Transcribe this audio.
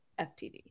FTD